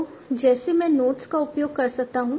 तो जैसे मैं नोड्स का उपयोग कर सकता हूं